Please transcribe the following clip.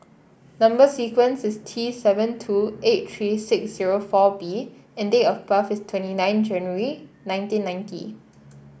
number sequence is T seven two eight three six zero four B and date of birth is twenty nine January nineteen ninety